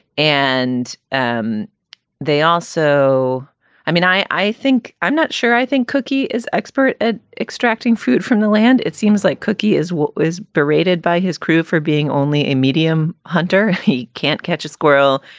and and they also i mean, i think i'm not sure i think cookie is expert at extracting food from the land it seems like cookie is what was berated by his crew for being only a medium hunter. he can't catch a squirrel.